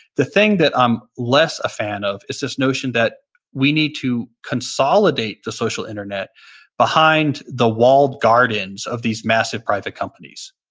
the thing that i'm less a fan of is this notion that we need to consolidate the social internet behind the walled gardens of these massive, private companies.